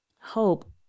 hope